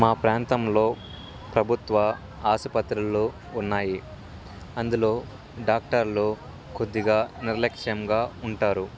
మా ప్రాంతంలో ప్రభుత్వ ఆసుపత్రులు ఉన్నాయి అందులో డాక్టర్లు కొద్దిగా నిర్లక్ష్యంగా ఉంటారు